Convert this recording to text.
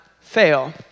fail